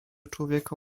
człowieka